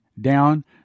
down